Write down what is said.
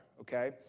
Okay